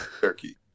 Turkey